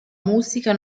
musica